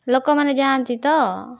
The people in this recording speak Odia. ଲୋକମାନେ ଯାଆନ୍ତି ତ